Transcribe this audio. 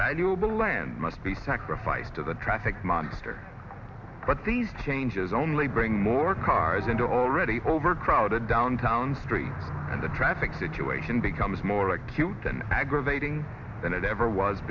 the land must be sacrificed to the traffic monster but these changes only bring more cars into already overcrowded downtown streets and the traffic situation becomes more acute than aggravating than it ever was